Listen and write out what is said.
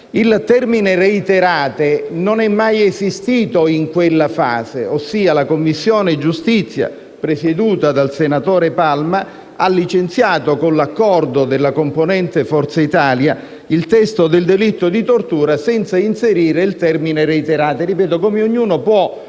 Il termine «reiterate» non è mai esistito in quella fase; ossia, la Commissione giustizia, presieduta dal senatore Palma, ha licenziato, con l'accordo della componente Forza Italia, il testo del delitto di tortura senza inserire il termine «reiterate», come ognuno può